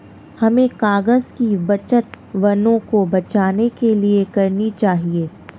हमें कागज़ की बचत वनों को बचाने के लिए करनी चाहिए